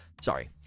sorry